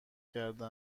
کرده